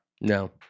no